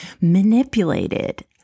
manipulated